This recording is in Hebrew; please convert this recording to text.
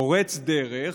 פורץ דרך,